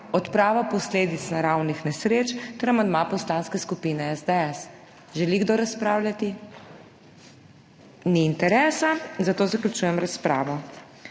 Odprava posledic naravnih nesreč ter amandma Poslanske skupine SDS. Želi kdo razpravljati? Ni interesa, zato zaključujem razpravo.